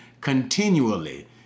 continually